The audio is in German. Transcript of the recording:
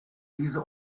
diese